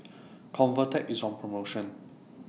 Convatec IS on promotion